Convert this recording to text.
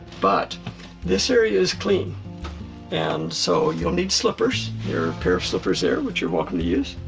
but this area is clean and so you'll need slippers. your pair of slippers there which you're welcome to use.